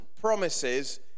promises